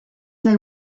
they